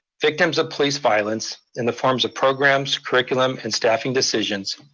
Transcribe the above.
victims of police violence, in the forms of programs, curriculum, and staffing decisions,